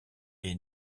est